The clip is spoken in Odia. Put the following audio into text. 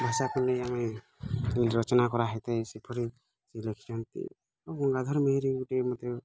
ବର୍ଷାକୁ ନେଇ ଆମେ ରଚନା କରାଯାଇଥାଏ ସେପରି ସେ ଲେଖିଛନ୍ତି ଗଙ୍ଗାଧର ମେହେର ଗୋଟିଏ ମୋତେ